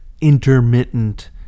intermittent